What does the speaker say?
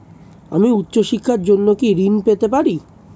আমি উচ্চশিক্ষার জন্য কি ঋণ পেতে পারি?